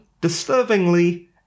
disturbingly